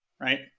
right